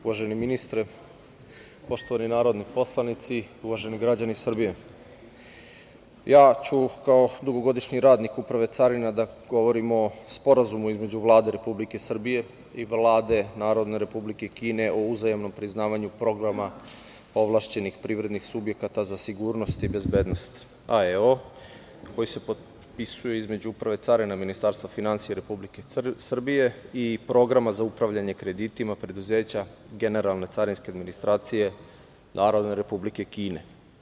Uvaženi ministre, poštovani narodni poslanici, uvaženi građani Srbije, ja ću kao dugogodišnji radnik Uprave carina da govorim o Sporazumu između Vlade Republike Srbije i Vlade Narodne Republike Kine o uzajamnom priznavanju Programa ovlašćenih privredih subjekata za sigurnost i bezbednost, AEO koji se potpisuje između Uprave carina Ministarstva finansija Republike Srbije i Programa za upravljanje kreditima preduzeća Generalne carinske administracije Narodne Republike Kine.